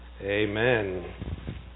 Amen